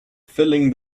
filling